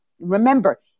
remember